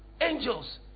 angels